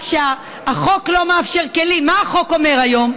רק שהחוק לא נותן כלים, מה החוק אומר היום?